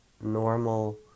normal